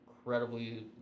incredibly